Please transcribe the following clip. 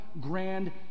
grand